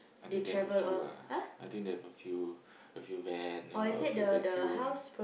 I think they have a few ah I think they have a few a few van you know a few vacuum